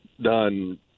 done